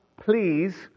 please